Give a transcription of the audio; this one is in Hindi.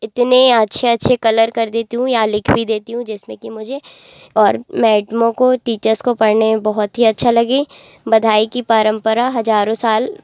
इतने अच्छे अच्छे कलर कर देती हूँ या लिख भी देती हूँ जिसमें कि मुझे और मैडमों को टीचर्स को पढ़ने में बहुत ही अच्छा लगे बधाई की परंपरा हजारों साल